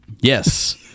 yes